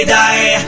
die